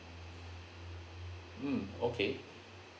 mm okay